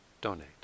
donate